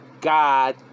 God